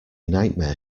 nightmare